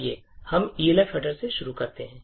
आइए हम Elf Header से शुरू करते हैं